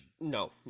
No